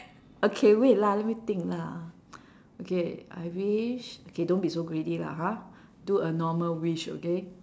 okay wait lah let me think lah okay I wish okay don't be so greedy lah ha do a normal wish okay